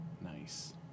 Nice